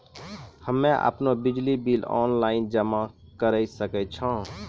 हम्मे आपनौ बिजली बिल ऑनलाइन जमा करै सकै छौ?